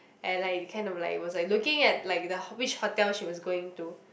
and like kind of like was like looking at like the which hotel she was going to